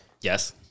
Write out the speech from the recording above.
Yes